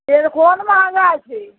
तेल कोन मँहगा छै